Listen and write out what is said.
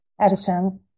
Edison